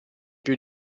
più